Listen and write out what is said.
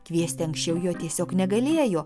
kviesti anksčiau jo tiesiog negalėjo